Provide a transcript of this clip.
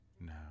now